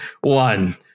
one